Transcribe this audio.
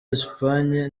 espagne